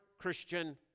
Christian